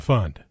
Fund